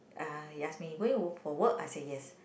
uh he ask me going for work I say yes